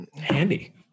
Handy